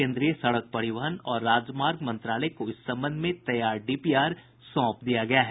केन्द्रीय सड़क परिवहन और राजमार्ग मंत्रालय को इस संबंध में तैयार डीपीआर सौंप दिया गया है